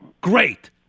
Great